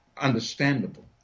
understandable